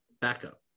Backup